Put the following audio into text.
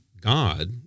God